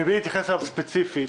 מבלי להתייחס אליו ספציפית.